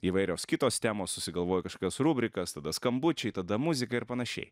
įvairios kitos temos susigalvoji kažkokias rubrikas tada skambučiai tada muzika ir panašiai